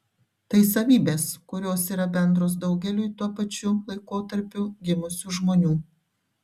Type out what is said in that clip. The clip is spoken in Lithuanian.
tai savybės kurios yra bendros daugeliui tuo pačiu laikotarpiu gimusių žmonių